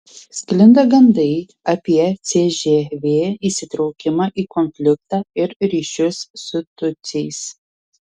sklinda gandai apie cžv įsitraukimą į konfliktą ir ryšius su tutsiais